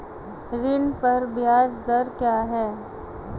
ऋण पर ब्याज दर क्या है?